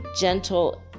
gentle